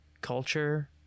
Culture